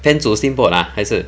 plan to steamboat ah 还是